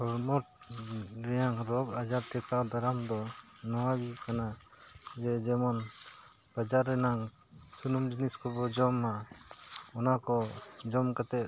ᱦᱚᱲᱢᱚ ᱨᱮᱭᱟᱝ ᱨᱳᱜᱽ ᱟᱡᱟᱨ ᱴᱮᱠᱟᱣ ᱫᱟᱨᱟᱢ ᱫᱚ ᱱᱚᱣᱟ ᱜᱮ ᱠᱟᱱᱟ ᱡᱮ ᱡᱮᱢᱚᱱ ᱵᱟᱡᱟᱨ ᱨᱮᱱᱟᱝ ᱥᱩᱱᱩᱢ ᱡᱤᱱᱤᱥ ᱠᱚᱵᱚ ᱡᱚᱢ ᱢᱟ ᱚᱱᱟ ᱠᱚ ᱡᱚᱢ ᱠᱟᱛᱮ